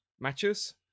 matches